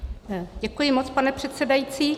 Děkuji moc, pane předsedající.